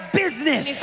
business